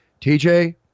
TJ